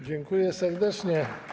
Dziękuję serdecznie.